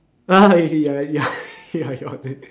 ah ya ya ya ya your that